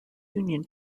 union